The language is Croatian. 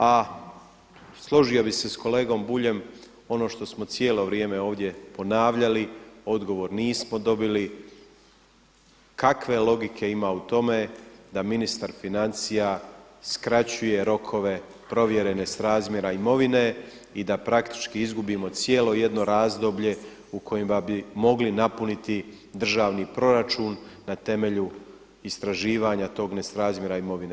A složio bih se sa kolegom Buljom ono što smo cijelo vrijeme ovdje ponavljali, odgovor nismo dobili, kakve logike ima u tome da ministar financija skraćuje rokove provjere nesrazmjera imovine i da praktički izgubimo cijelo jedno razdoblje u kojima bi mogli napuniti državni proračun na temelju istraživanja tog nesrazmjera imovine.